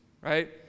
right